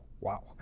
wow